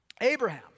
Abraham